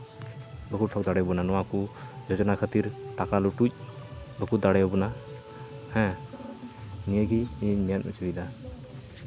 ᱵᱟᱠᱚ ᱴᱷᱚᱠ ᱫᱟᱲᱮᱭ ᱵᱚᱱᱟ ᱱᱚᱣᱟᱠᱚ ᱡᱳᱡᱚᱱᱟ ᱠᱷᱟᱹᱛᱤᱨ ᱴᱟᱠᱟ ᱞᱩᱴᱩᱡ ᱵᱟᱠᱚ ᱫᱟᱲᱮᱭ ᱵᱚᱱᱟ ᱦᱮᱸ ᱱᱤᱭᱟᱹᱜᱮ ᱤᱧᱤᱧ ᱢᱮᱱ ᱦᱚᱪᱚᱭᱮᱫᱟ